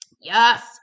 Yes